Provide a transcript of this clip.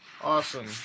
Awesome